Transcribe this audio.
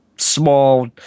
small